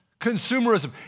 consumerism